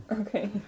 Okay